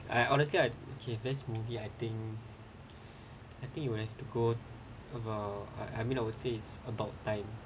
I honestly I okay there's movie I think I think you will have to go have a I I mean I would say it's about time